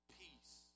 peace